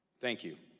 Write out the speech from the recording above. thank you.